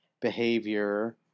behavior